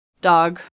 dog